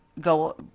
go